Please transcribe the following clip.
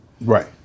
Right